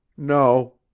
no,